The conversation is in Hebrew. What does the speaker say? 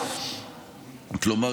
כלומר,